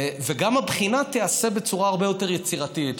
וגם הבחינה תיעשה בצורה הרבה יותר יצירתית,